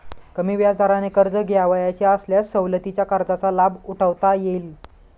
कमी व्याजदराने कर्ज घ्यावयाचे असल्यास सवलतीच्या कर्जाचा लाभ उठवता येईल